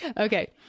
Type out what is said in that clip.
Okay